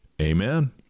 Amen